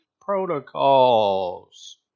protocols